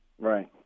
Right